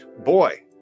Boy